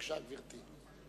בבקשה, גברתי.